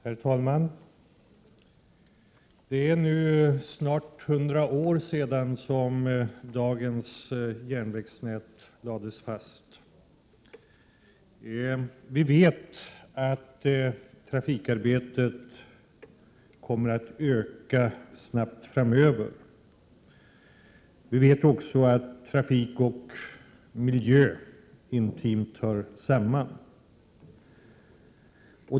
Herr talman! Det är nu snart 100 år sedan dagens järnvägsnät lades fast. Vi vet att trafikarbetet snabbt kommer att öka framöver. Vi vet också att trafik och miljö intimt hör samman.